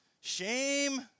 shame